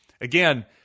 again